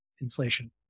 inflation